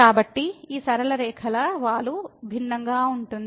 కాబట్టి ఈ సరళ రేఖల వాలు భిన్నంగా ఉంటుంది